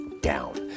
down